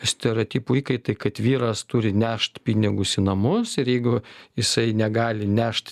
stereotipų įkaitai kad vyras turi nešt pinigus į namus ir jeigu jisai negali nešt